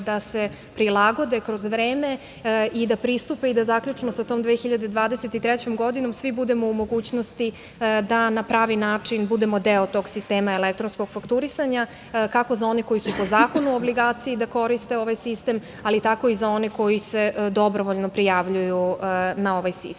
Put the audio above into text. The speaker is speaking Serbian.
da se prilagode kroz vreme i da pristupe i da zaključno sa tom 2023. godinom svi budemo u mogućnosti da na pravi način budemo deo tog sistema elektronskog fakturisanja, kako za one koji su po zakonu u obligaciji da koriste ovaj sistem, ali tako i za one koji se dobrovoljno prijavljuju na ovaj sistem. Pored